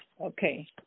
Okay